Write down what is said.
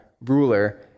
ruler